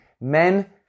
men